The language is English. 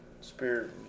spirit